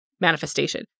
manifestation